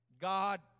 God